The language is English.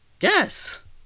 Yes